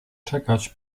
czekać